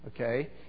Okay